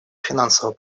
финансового